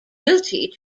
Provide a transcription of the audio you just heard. guilty